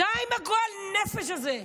די עם הגועל נפש הזה.